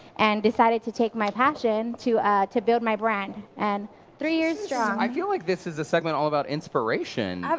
and decided to take my passion to to build my brand. and three years strong. i feel like this is a segment all about inspiration. um